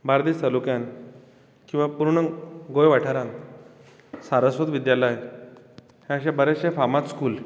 बार्देस तालुक्यांत किंवा पूर्ण गोंय वाठारांत सारस्वत विद्यालय हें बरशें फामाद स्कूल